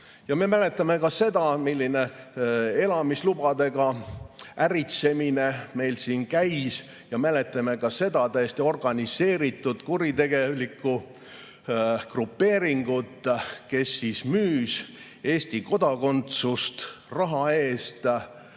me mäletame ka seda, milline elamislubadega äritsemine meil siin käis, ja mäletame ka täiesti organiseeritud kuritegelikku grupeeringut, kes müüs Eesti kodakondsust raha eest